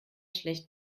schlecht